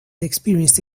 experienced